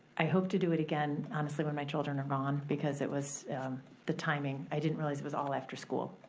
i hope to do it again, honestly, when my children are gone, because it was the timing, i didn't realize it was all after school,